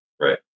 right